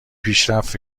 پیشرفت